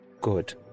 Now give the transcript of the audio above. good